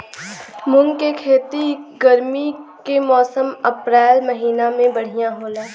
मुंग के खेती गर्मी के मौसम अप्रैल महीना में बढ़ियां होला?